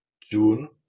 June